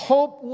Hope